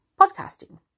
podcasting